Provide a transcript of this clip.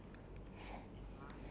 okay so your